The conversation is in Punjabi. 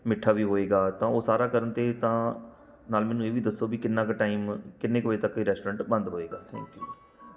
ਮਿੱਠਾ ਵੀ ਹੋਏਗਾ ਤਾਂ ਉਹ ਸਾਰਾ ਕਰਨ 'ਤੇ ਤਾਂ ਨਾਲ ਮੈਨੂੰ ਇਹ ਵੀ ਦੱਸੋ ਵੀ ਕਿੰਨਾ ਕੁ ਟਾਈਮ ਕਿੰਨੀ ਕੁ ਵਜੇ ਤੱਕ ਇਹ ਰੈਸਟੋਰੈਂਟ ਬੰਦ ਹੋਏਗਾ